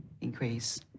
increase